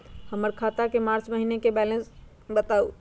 हमर खाता के मार्च महीने के बैलेंस के बताऊ?